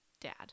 dad